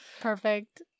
perfect